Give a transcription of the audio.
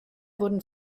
wurden